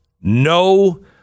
no